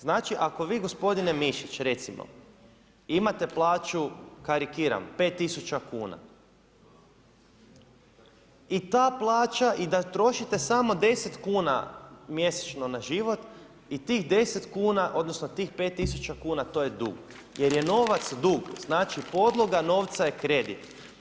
Znači, ako vi gospodine Mišić recimo imate plaću karikiram 5 tisuća kuna i ta plaća i da trošite samo 10 kuna mjesečno na život i tih 10 kuna odnosno tih 5 tisuća kuna to je dug jer je novac dug, znači podloga novca je kredit.